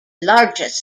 largest